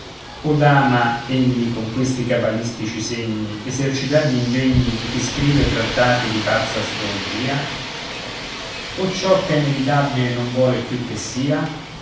od ama egli con questi cabalistici segni esercitar gl'ingegni di chi scrive trattati di pazza astrologia o ciò ch'è inevitabile non vuole più che sia